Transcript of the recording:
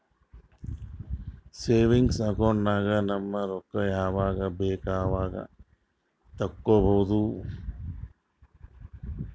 savings account ನಾಗ್ ನಮ್ ರೊಕ್ಕಾ ಯಾವಾಗ ಬೇಕ್ ಅವಾಗ ತೆಕ್ಕೋಬಹುದು